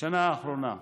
בשנה האחרונה,